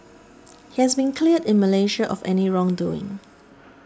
he has been cleared in Malaysia of any wrongdoing